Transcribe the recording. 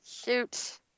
shoot